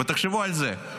ותחשבו על זה,